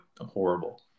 horrible